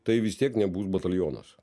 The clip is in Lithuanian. tai vis tiek nebus batalionas